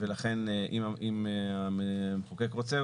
לכן אם המחוקק רוצה,